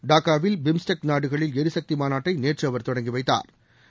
டாக்காவில் பிம்ஸ்டெக் நாடுகளில் எரிசக்தி மாநாட்டை நேற்று அவர் தொடங்கி வைத்தாா்